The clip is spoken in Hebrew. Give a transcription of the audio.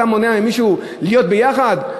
אתה מונע ממישהו להיות ביחד?